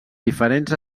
diferents